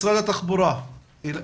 משרד התחבורה בבקשה.